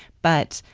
but,